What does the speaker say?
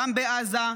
גם בעזה,